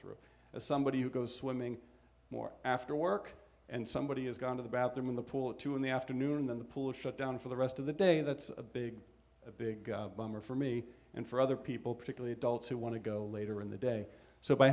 through as somebody who goes swimming more after work and somebody has gone to the bathroom in the pool at two in the afternoon then the pool shut down for the rest of the day that's a big big bummer for me and for other people particularly adults who want to go later in the day so by